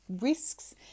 risks